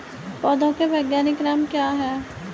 पौधों के वैज्ञानिक नाम क्या हैं?